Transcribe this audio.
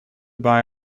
buy